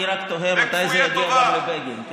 אני רק תוהה מתי זה יגיע גם לבגין.